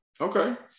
okay